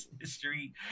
history